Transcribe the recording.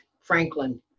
franklin